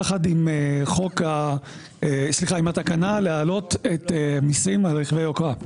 יחד עם התקנה להעלות מסים על רכבי יוקרה.